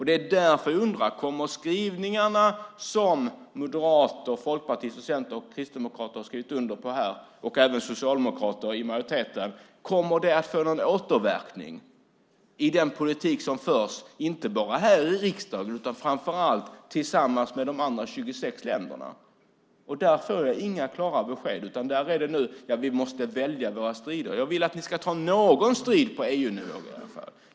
Det är därför jag undrar: Kommer skrivningarna som moderater, folkpartister, centerpartister och kristdemokrater har skrivit under, och även socialdemokrater i majoritet, att få någon återverkning i den politik som förs, inte bara här i riksdagen utan framför allt tillsammans med de andra 26 länderna? Där får jag inga klara besked, utan där heter det nu att vi måste välja våra strider. Jag vill att ni i alla fall ska ta någon strid på EU-nivå.